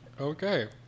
Okay